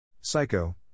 Psycho